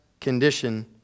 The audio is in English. condition